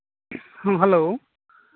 ᱦᱮᱸ ᱦᱮᱞᱳ